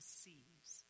sees